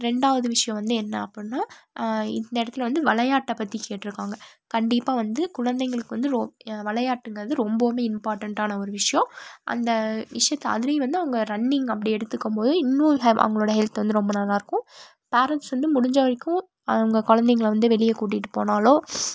ரெண்டாவது விஷயம் வந்து என்ன அப்புடின்னா இந்த இடத்துல வந்து விளையாட்ட பற்றி கேட்டிருக்காங்க கண்டிப்பாக வந்து குழந்தைங்களுக்கு வந்து விளையாட்டுங்கறது ரொம்பவுமே இம்பார்ட்டன்ட்டான ஒரு விஷயம் அந்த விஷயத்த அதுலேயும் வந்து அவங்க ரன்னிங் அப்படி எடுத்துக்கும் போது இன்னும் அவங்களோட ஹெல்த் வந்து ரொம்ப நல்லா இருக்கும் பேரெண்ட்ஸ் வந்து முடிஞ்ச வரைக்கும் அவங்க குழந்தைங்கள வந்து வெளியே கூட்டிட்டு போனாலோ